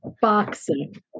Boxing